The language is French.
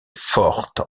forte